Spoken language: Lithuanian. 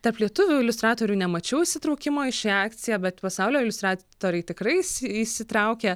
tarp lietuvių iliustratorių nemačiau įsitraukimo į šią akciją bet pasaulio iliustratoriai tikrai įsi įsitraukė